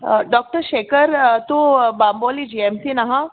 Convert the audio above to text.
doctor Shekar तूं बांबोली जीएमसीन आहा